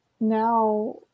now